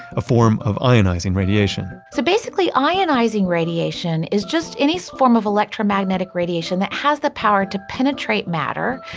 a form of ionizing radiation so basically ionizing radiation is just any form of electromagnetic radiation that has the power to penetrate matter,